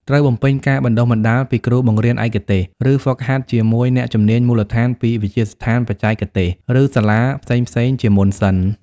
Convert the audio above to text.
ត្រូវបំពេញការបណ្ដុះបណ្ដាលពីគ្រូបង្រៀនឯកទេស ឬហ្វឹកហាត់ជាមួយអ្នកជំនាញមូលដ្ឋានពីវិទ្យាស្ថានបច្ចេកទេស ឬសាលាផ្សេងៗជាមុនសិន។